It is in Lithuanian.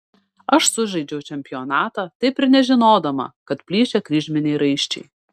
aš sužaidžiau čempionatą taip ir nežinodama kad plyšę kryžminiai raiščiai